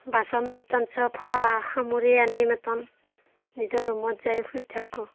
বাচন বৰ্তন চব সামৰি আনি নিজৰ ৰুমত যাই শুই থাকোঁ